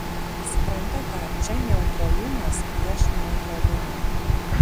suprantate čia neutralumas prieš neutralumą